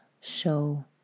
show